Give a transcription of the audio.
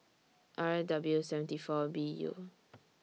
R W seventy four B U